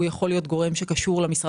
והוא יכול להיות גורם שקשור למשרד